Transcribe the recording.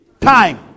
time